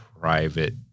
private